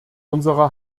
unsere